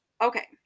okay